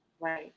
right